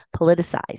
politicized